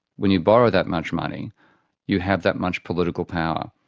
when you borrow that much money you have that much political power.